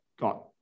got